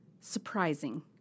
surprising